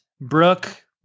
Brooke